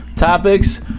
topics